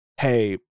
hey